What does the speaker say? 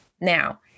Now